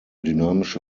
dynamische